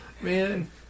Man